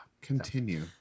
continue